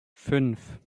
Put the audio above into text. fünf